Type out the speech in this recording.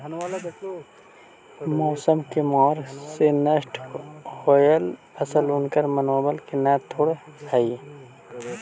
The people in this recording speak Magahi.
मौसम के मार से नष्ट होयल फसल उनकर मनोबल के न तोड़ हई